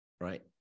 right